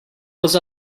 was